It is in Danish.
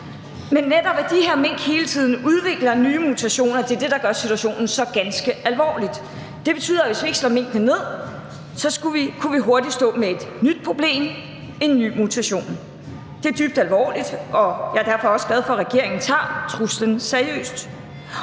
men netop at de her mink hele tiden udvikler nye mutationer, og det er det, der gør situationen så ganske alvorlig. Det betyder, at hvis vi ikke slår minkene ned, kunne vi hurtigt stå med et nyt problem, en ny mutation. Det er dybt alvorligt, og jeg er derfor også glad for, at regeringen tager truslen seriøst.